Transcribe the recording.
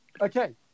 Okay